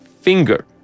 finger